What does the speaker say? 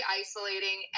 isolating